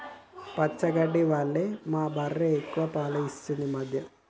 పచ్చగడ్డి వల్ల మా బర్రె ఎక్కువ పాలు ఇస్తుంది ఈ మధ్య